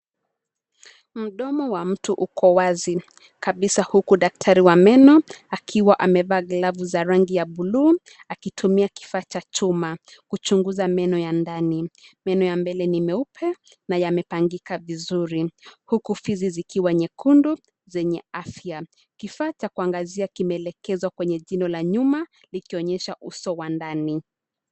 Mdomo wa mtu uko wazi kabisa huku daktari wa meno akiwa amevaa glavu za rangi ya buluu akitumia kifaa cha chuma, kuchunguza meno ya ndani. Meno ya mbele ni meupe na yamepangika vizuri. Huku fizi zikiwa nyekundu, zenye afya. Kifaa cha kuangazia kimeelekezwa kwenye jino la nyuma ,likionyesha uso wa ndani.